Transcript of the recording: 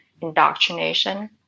indoctrination